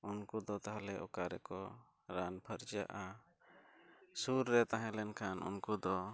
ᱩᱱᱠᱩ ᱫᱚ ᱛᱟᱦᱞᱮ ᱚᱠᱟ ᱨᱮᱠᱚ ᱨᱟᱱ ᱯᱷᱟᱨᱪᱟᱜᱼᱟ ᱥᱩᱨ ᱨᱮ ᱛᱟᱦᱮᱸ ᱞᱮᱱᱠᱷᱟᱱ ᱩᱱᱠᱩ ᱫᱚ